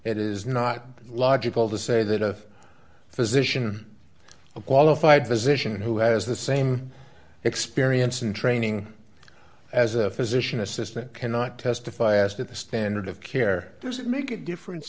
it is not logical to say that a physician a qualified physician who has the same experience and training as a physician assistant cannot testify as to the standard of care does it make a difference